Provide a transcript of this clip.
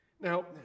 now